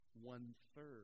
one-third